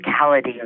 physicality